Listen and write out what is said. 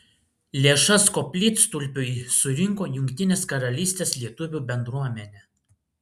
lėšas koplytstulpiui surinko jungtinės karalystės lietuvių bendruomenė